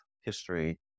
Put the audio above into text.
history